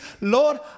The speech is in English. Lord